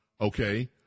Okay